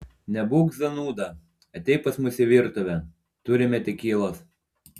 nebūk zanūda ateik pas mus į virtuvę turime tekilos